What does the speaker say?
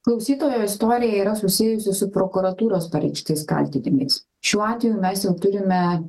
klausytojo istorija yra susijusi su prokuratūros pareikštais kaltinimais šiuo atveju mes jau turime